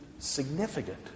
significant